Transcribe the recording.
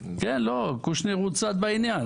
לא, קושניר הוא צד בעניין.